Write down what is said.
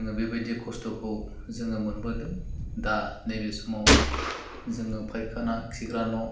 जोङो बेबायदि खस्थ'खौ जोङो मोनबोदों दा नैबे समाव जोङो फायखाना खिग्रा न'